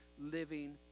living